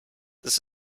this